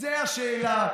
זו השאלה,